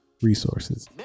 resources